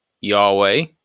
yahweh